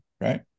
right